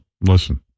listen